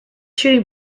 shooting